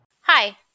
Hi